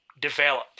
develop